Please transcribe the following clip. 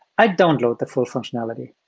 i download the full functionality.